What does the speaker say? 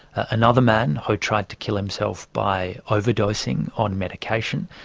another man who tried to kill himself by overdosing on medication,